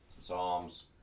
Psalms